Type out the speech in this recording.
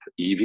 EV